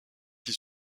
qui